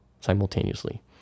simultaneously